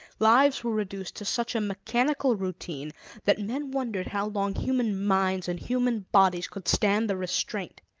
lives were reduced to such a mechanical routine that men wondered how long human minds and human bodies could stand the restraint.